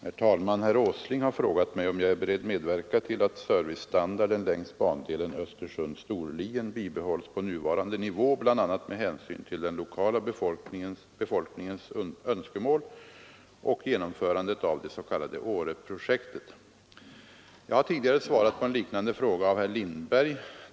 Herr talman! Herr Åsling har frågat mig, om jag är beredd medverka till att servicestandarden längs bandelen Östersund—Storlien bibehålls på nuvarande nivå, bl.a. med hänsyn till den lokala befolkningens önskemål och genomförandet av det s.k. Åreprojektet. Jag har tidigare svarat på en liknande fråga av herr Lindberg.